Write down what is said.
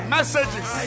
Messages